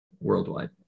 worldwide